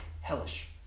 hellish